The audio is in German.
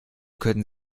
könnten